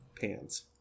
pans